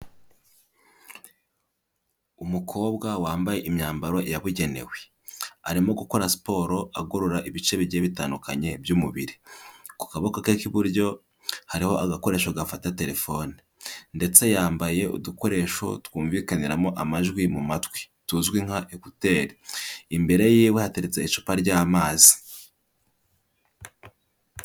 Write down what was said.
Umukobwa wambaye imyambaro yabugenewe, arimo gukora siporo agorora ibice bigiye bitandukanye by'umubiri, ku kaboko ke k'iburyo hariho agakoresho gafata telefone ndetse yambaye udukoresho twumvikaniramo amajwi mu matwi tuzwi nka ekuteri, imbere yewe hateretse icupa ry'amazi.